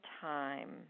time